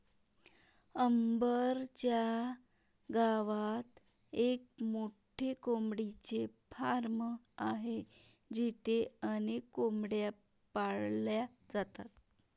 अंबर च्या गावात एक मोठे कोंबडीचे फार्म आहे जिथे अनेक कोंबड्या पाळल्या जातात